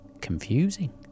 confusing